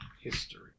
history